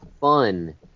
fun